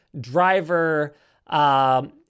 driver